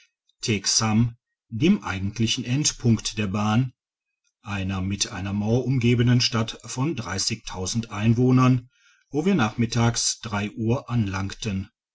dem eigentlichen endpunkt der bahn einer mit einer mauer umgebenen stadt von einwohnern wo wir nachmittags uhr anlangten